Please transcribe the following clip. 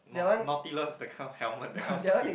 naut~ nautilus the kind of helmet the kind of suit